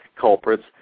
culprits